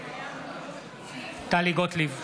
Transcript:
נגד טלי גוטליב,